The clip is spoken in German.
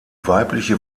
weibliche